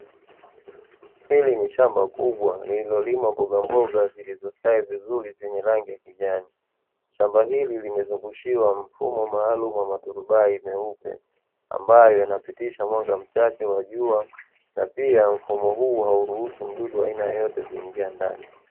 Hili ni shamba kubwa lililolimwa mbogamboga zilizostawi vizuri zenye rangi ya kijani. Shamba hili limezungushiwa mfumo maalumu wa maturubai meupe, ambayo yanapitisha mwanga mchache wa jua na pia mfumo huu hauruhusu mdudu wa aina yeyote kuingia ndani.